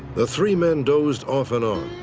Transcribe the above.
the three men dozed off and on.